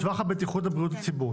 טווח הבטיחות לבריאות הציבור.